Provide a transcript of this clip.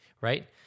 right